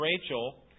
Rachel